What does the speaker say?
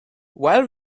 while